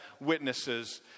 witnesses